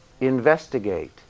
investigate